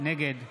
נגד